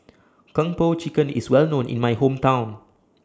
Kong Po Chicken IS Well known in My Hometown